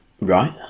Right